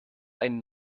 ein